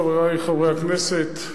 חברי חברי הכנסת,